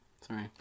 Sorry